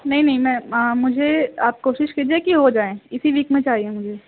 نہیں نہیں میں مجھے آپ کوشش کیجیے کہ ہو جائیں اسی ویک میں چاہیے مجھے